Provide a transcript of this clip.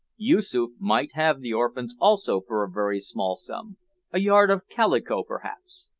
yoosoof might have the orphans also for a very small sum a yard of calico perhaps.